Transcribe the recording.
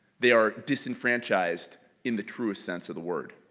they are disenfranchised in the truest sense of the word.